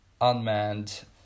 unmanned